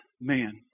man